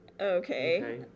Okay